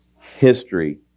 history